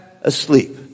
asleep